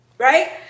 right